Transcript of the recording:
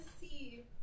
see